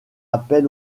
appel